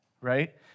right